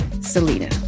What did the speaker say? Selena